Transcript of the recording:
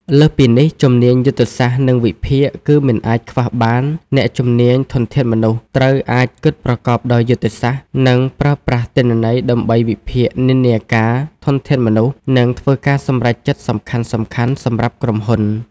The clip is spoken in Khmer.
លើសពីនេះ ជំនាញយុទ្ធសាស្ត្រ និងវិភាគ គឺមិនអាចខ្វះបាន អ្នកជំនាញ ធនធានមនុស្ស ត្រូវអាចគិតប្រកបដោយយុទ្ធសាស្ត្រ និងប្រើប្រាស់ទិន្នន័យដើម្បីវិភាគនិន្នាការធនធានមនុស្ស និងធ្វើការសម្រេចចិត្តសំខាន់ៗសម្រាប់ក្រុមហ៊ុន។